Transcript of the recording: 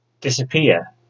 disappear